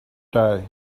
try